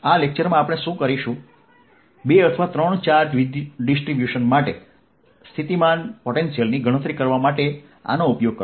આ લેક્ચરમાં આપણે શું કરીશું બે અથવા ત્રણ ચાર્જ ડિસ્ટ્રિબ્યુશન માટે સ્થિતિમાન ની ગણતરી કરવા માટે આનો ઉપયોગ કરો